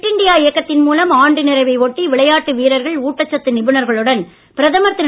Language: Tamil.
பிட் இண்டியா இயக்கத்தின் முதலாம் ஆண்டு நிறைவை ஒட்டி விளையாட்டு வீரர்கள் ஊட்டச்சத்து நிபுணர்களுடன் பிரதமர் திரு